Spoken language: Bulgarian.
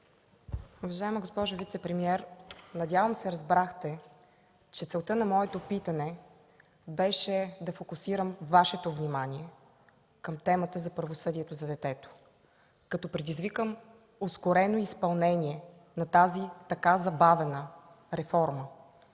Уважаема госпожо вицепремиер, надявам се разбрахте, че целта на моето питане беше да фокусирам Вашето внимание към темата за правосъдието за детето, като предизвикам ускорено изпълнение на тази така забавена реформа.